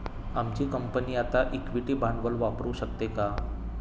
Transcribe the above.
आमची कंपनी आता इक्विटी भांडवल वापरू शकते का?